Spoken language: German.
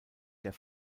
der